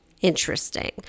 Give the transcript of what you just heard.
Interesting